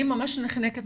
אני ממש נחנקת.